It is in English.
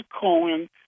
Cohen